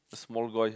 small boy